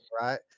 right